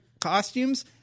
costumes